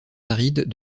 arides